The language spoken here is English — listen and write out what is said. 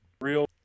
real